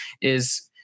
is-